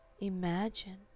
imagine